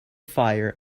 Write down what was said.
fire